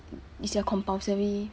it's their compulsory